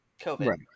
COVID